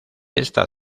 esta